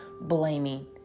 blaming